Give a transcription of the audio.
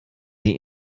sie